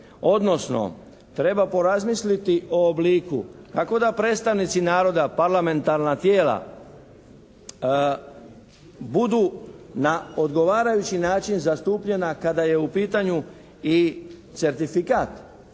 odnosno treba porazmisliti o obliku tako da predstavnici naroda parlamentarna tijela budu na odgovarajući način zastupljena kada je u pitanju i certifikat